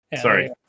Sorry